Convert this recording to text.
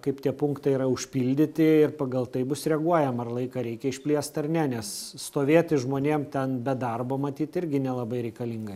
kaip tie punktai yra užpildyti ir pagal tai bus reaguojama ar laiką reikia išplėst ar ne nes stovėti žmonėm ten be darbo matyt irgi nelabai reikalinga